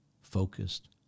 focused